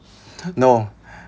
no